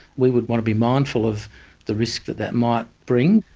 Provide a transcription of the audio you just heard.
we would want to be mindful of the risk that that might bring.